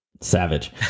savage